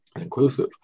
inclusive